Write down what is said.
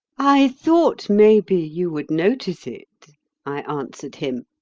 i thought maybe you would notice it i answered him.